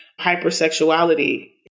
hypersexuality